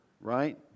Right